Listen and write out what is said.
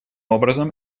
образом